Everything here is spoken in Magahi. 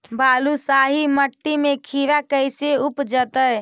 बालुसाहि मट्टी में खिरा कैसे उपजतै?